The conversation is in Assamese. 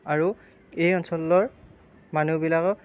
আৰু এই অঞ্চলৰ মানুহবিলাকক